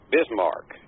Bismarck